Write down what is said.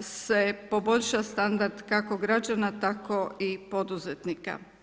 se poboljša standard, kako građana, tako i poduzetnika.